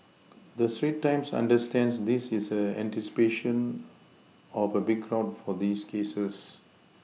the Straits times understands this is in anticipation of a big crowd for these cases